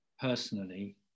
personally